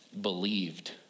Believed